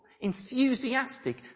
enthusiastic